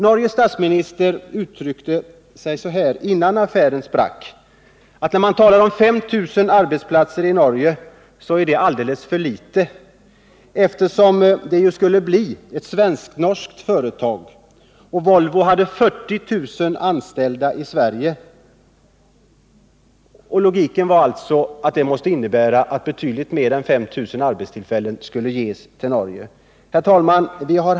Norges statsminister uttryckte saken så, innan affären sprack, att 5 000 arbetsplatser i Norge var alltför litet, eftersom det ju skulle bli ett svensktnorskt företag, och Volvo hade 40 000 anställda i Sverige. En logisk följd av det resonemanget måste vara att betydligt mer än 5 000 arbetstillfällen skulle ges till Norge. Herr talman!